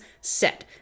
Set